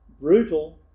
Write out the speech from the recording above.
brutal